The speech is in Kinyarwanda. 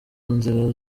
nzira